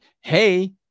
hey